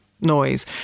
noise